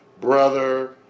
brother